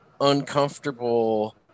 uncomfortable